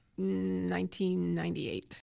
1998